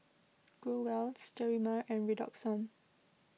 Growell Sterimar and Redoxon